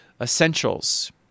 essentials